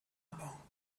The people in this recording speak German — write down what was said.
aber